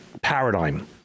paradigm